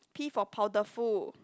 P for powderful